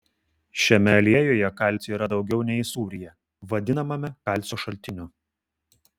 šiame aliejuje kalcio yra daugiau nei sūryje vadinamame kalcio šaltiniu